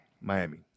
Miami